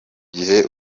gihe